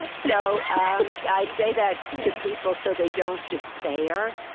so i say that to people so they don't despair,